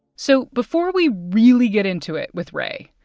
so before we really get into it with rae,